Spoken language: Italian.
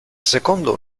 secondo